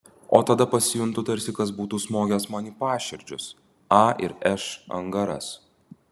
o tada pasijuntu tarsi kas būtų smogęs man į paširdžius a ir š angaras